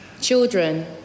Children